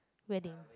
wedding